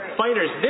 fighters